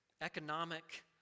economic